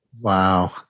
Wow